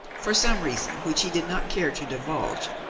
for some reason, which he did not care to divulge,